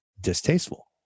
distasteful